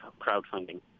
crowdfunding